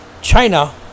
China